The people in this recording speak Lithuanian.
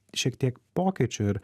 šiek tiek pokyčių ir